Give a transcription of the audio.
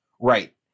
Right